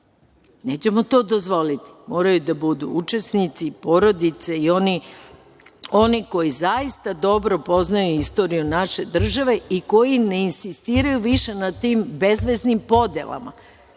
Nećemo to dozvoliti. Moraju da budu učesnici, porodice i oni koji zaista dobro poznaju istoriju naše države i koji ne insistiraju više na tim bezveznim podelama. Ne